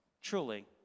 truly